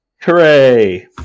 Hooray